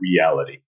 Reality